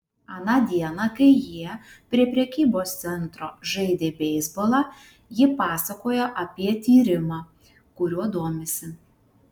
aną dieną kai jie prie prekybos centro žaidė beisbolą ji pasakojo apie tyrimą kuriuo domisi